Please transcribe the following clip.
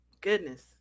goodness